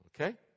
Okay